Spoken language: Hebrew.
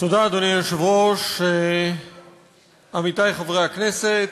תודה, אדוני היושב-ראש, עמיתי חברי הכנסת,